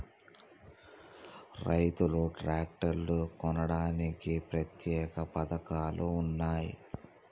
రైతులు ట్రాక్టర్లు కొనడానికి ప్రత్యేక పథకాలు ఉన్నయా?